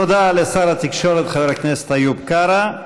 תודה לשר התקשורת, חבר הכנסת איוב קרא.